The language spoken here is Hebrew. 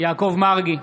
יעקב מרגי,